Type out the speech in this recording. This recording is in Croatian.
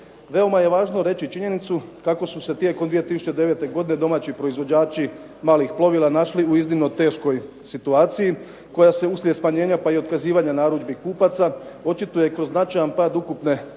Veoma je važno reći činjenicu kako su se tijekom 2009. godine domaći proizvođači malih plovila našli u iznimno teškoj situaciji koja se uslijed smanjenja pa i otkazivanja narudžbi kupaca očituje i kroz značajan pad ukupne